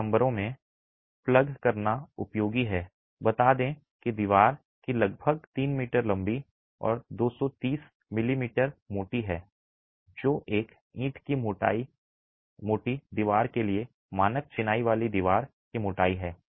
कुछ नंबरों में प्लग करना उपयोगी है बता दें कि दीवार लगभग 3 मीटर लंबी और 230 मिमी मोटी है जो एक ईंट की मोटी दीवार के लिए मानक चिनाई वाली दीवार की मोटाई है